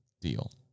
deal